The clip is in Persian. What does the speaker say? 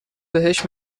بهش